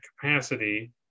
capacity